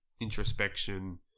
introspection